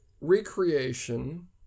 recreation